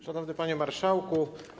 Szanowny Panie Marszałku!